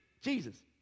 Jesus